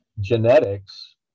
genetics